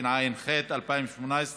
התשע"ח 2018,